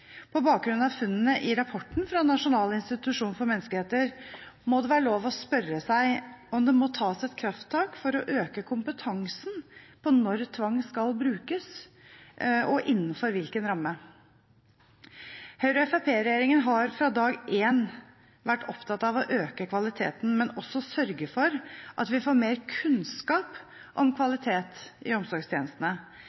På bakgrunn av funnene i rapporten fra Nasjonal institusjon for menneskerettigheter må det være lov å spørre seg om det må tas et krafttak for å øke kompetansen på når tvang skal brukes, og innenfor hvilken ramme. Høyre–Fremskrittsparti-regjeringen har fra dag én vært opptatt av å øke kvaliteten, men også av å sørge for at vi får mer kunnskap om kvalitet i omsorgstjenestene.